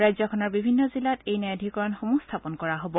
ৰাজ্যখনৰ বিভিন্ন জিলাত এই ন্যায়াধিকৰণসমূহ স্থাপন কৰা হব